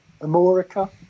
Amorica